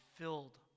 filled